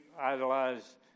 idolize